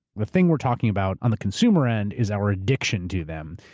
the thing we're talking about on the consumer end, is our addiction to them.